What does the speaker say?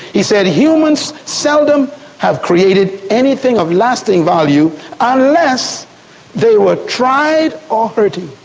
he said humans seldom have created anything of lasting value unless they were tried or hurting.